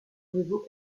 réseau